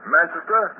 Manchester